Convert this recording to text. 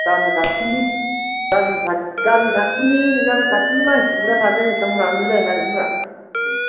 गामि खाथिनि गामि खाथिनि मानसिखौलाय माथो एसेबां लानो मिलायलायनिब्रा दे